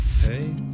Hey